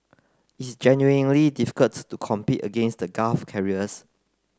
it's genuinely difficult to compete against the Gulf carriers